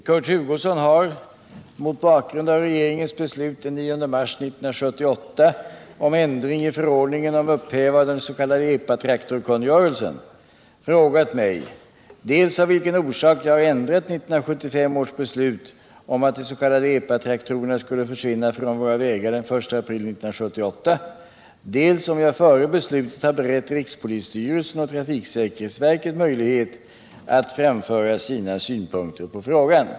Kurt Hugosson har — mot bakgrund av regeringens beslut den 9 mars 1978 om ändring i förordningen om upphävande av den s.k. epatraktorskungörelsen — frågat mig dels av vilken orsak jag har ändrat 1975 års beslut om att de s.k. epatraktorerna skulle försvinna från våra vägar den 1 april 1978, dels om jag före beslutet har berett rikspolisstyrelsen och trafiksäkerhetsverket möjlighet att framföra sina synpunkter på frågan.